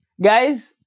Guys